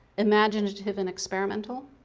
imaginative and experimental,